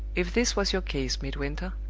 if this was your case, midwinter,